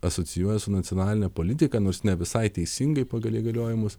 asocijuoja su nacionaline politika nors ne visai teisingai pagal įgaliojimus